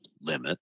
limit